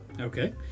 Okay